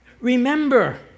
Remember